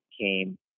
came